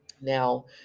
Now